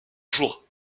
jour